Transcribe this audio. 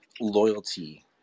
loyalty